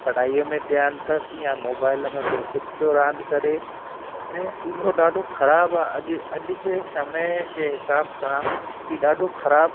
पढ़ाईअ में ध्यानु अथसि या मोबाइल में ॿियों कुझु पियो रांदि करे ऐं इहो ॾाढो ख़राबु आहे अॼु अॼु जे समय जे हिसाब का ई ॾाढो ख़राबु